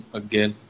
again